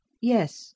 Yes